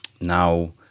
Now